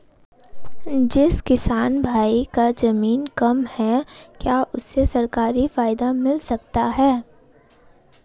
जिस किसान भाई के ज़मीन कम है क्या उसे सरकारी फायदा मिलता है?